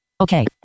Okay